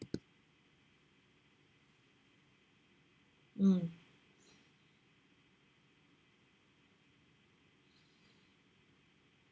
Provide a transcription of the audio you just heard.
mm